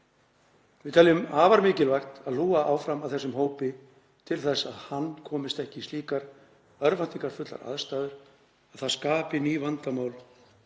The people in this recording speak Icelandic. Við teljum afar mikilvægt að hlúa áfram að þessum hópi til þess að það hann komist ekki í slíkar örvæntingarfullar aðstæður að það skapi ný vandamál